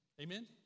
Amen